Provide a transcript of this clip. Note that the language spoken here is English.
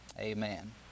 Amen